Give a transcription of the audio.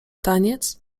taniec